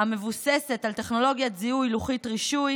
המבוססת על טכנולוגיית זיהוי לוחית רישוי,